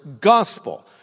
Gospel